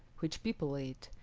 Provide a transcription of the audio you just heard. which people eat,